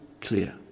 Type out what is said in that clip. clear